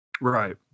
Right